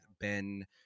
Ben